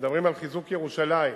כשמדברים על חיזוק ירושלים,